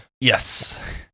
Yes